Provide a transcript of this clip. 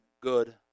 good